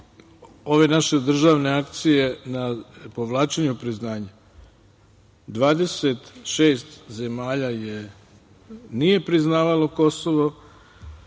ove naše državne akcije na povlačenju priznanja 26 zemalja nije priznavalo Kosovo,